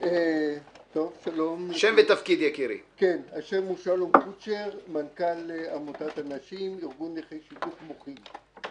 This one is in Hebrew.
אני מנכ"ל עמותת אנשי"ם ארגון נכי שיתוק מוחין,